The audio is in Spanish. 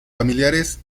familiares